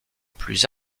plus